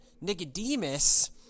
Nicodemus